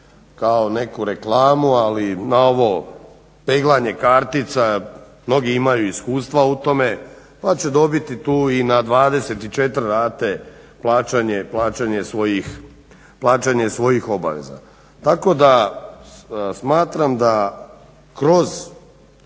kao neku reklamu ali na ovo peglanje kartica. Mnogi imaju iskustva u tome pa će dobiti tu i na 24 rate plaćanje svojih obaveza. Tako da smatram da kroz